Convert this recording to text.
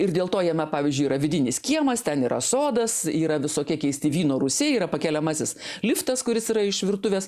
ir dėl to jame pavyzdžiui yra vidinis kiemas ten yra sodas yra visokie keisti vyno rūsiai yra pakeliamasis liftas kuris yra iš virtuvės